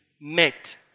met